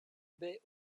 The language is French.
baies